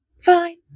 fine